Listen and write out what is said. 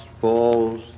falls